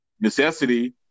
necessity